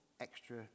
extra